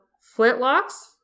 flintlocks